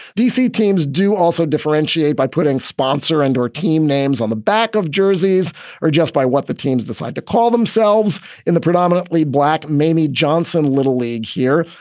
d c. teams do also differentiate by putting sponsor and or team names on the back of jerseys or just by what the teams decide to call themselves in the predominantly black mamie johnson little league here.